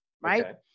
right